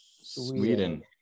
Sweden